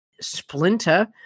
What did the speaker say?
splinter